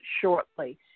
shortly